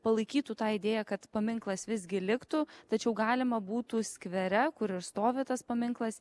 palaikytų tą idėją kad paminklas visgi liktų tačiau galima būtų skvere kur ir stovi tas paminklas